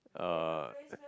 uh